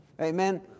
Amen